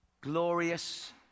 glorious